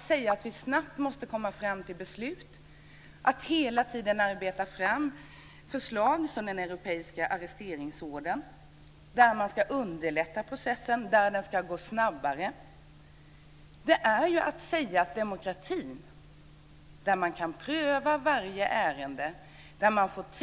Vi säger att vi snabbt måste komma fram till beslut. Vi arbetar fram förslag, som förslaget om den europeiska arresteringsordern, som ska underlätta processen och göra den snabbare. Det är att säga att demokratin, där man kan pröva varje ärende och